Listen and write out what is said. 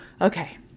Okay